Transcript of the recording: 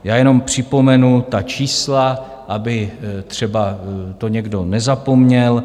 Já jenom připomenu ta čísla, aby to třeba někdo nezapomněl.